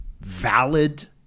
valid